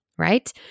right